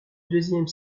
deuxième